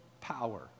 power